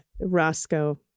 Roscoe